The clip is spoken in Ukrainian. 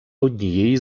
однієї